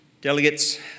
Delegates